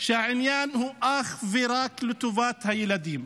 שהעניין הוא אך ורק לטובת הילדים.